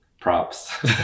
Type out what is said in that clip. props